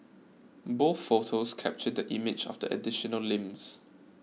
both photos captured the image of the additional limbs